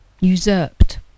usurped